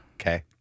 Okay